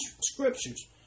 scriptures